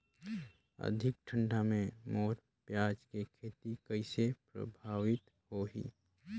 अधिक ठंडा मे मोर पियाज के खेती कइसे प्रभावित होही?